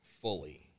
fully